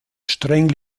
streng